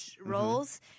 roles